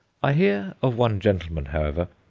i hear of one gentleman, however,